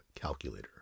Calculator